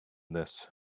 this